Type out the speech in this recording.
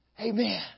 amen